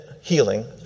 healing